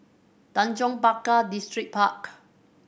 Tanjong Pagar Distripark